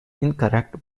incorrect